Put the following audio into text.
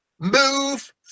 move